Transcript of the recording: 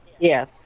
Yes